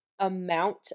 amount